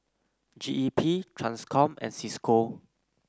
G E P Transcom and Cisco